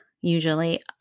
usually